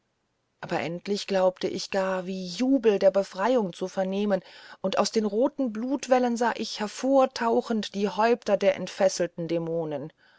aber endlich glaubte ich gar wie jubel der befreiung zu vernehmen und aus den roten blutwellen sah ich hervortauchen die häupter der entfesselten dämonen